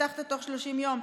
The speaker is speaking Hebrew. הבטחת תוך 30 יום,